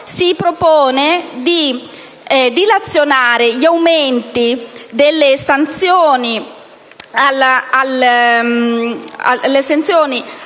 si propone di dilazionare gli aumenti delle sanzioni